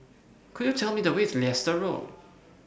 Could YOU Tell Me The Way to Leicester Road